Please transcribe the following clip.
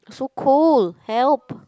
so cold help